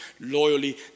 Loyally